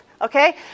Okay